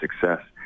success